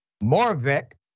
Moravec